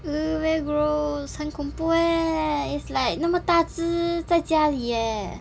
!ee! very gross 很恐怖 eh it's like 那么大只在家里 eh